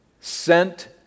sent